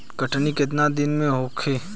कटनी केतना दिन में होखे?